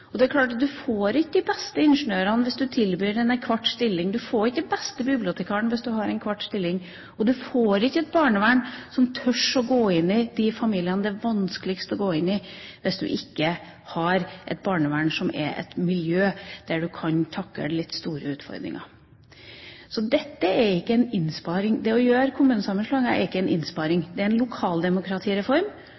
får man ikke de beste ingeniørene hvis man tilbyr en kvart stilling, man får ikke den beste bibliotekaren hvis man har en kvart stilling. Og man får ikke et barnevern som tør gå inn i de familiene som det er vanskeligst å gå inn i, hvis man ikke har et barnevern hvor det er et miljø der man kan takle litt store utfordringer. Dette er ikke en innsparing. Det å foreta kommunesammenslåinger er ikke en innsparing.